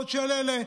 עוד לשל אלה.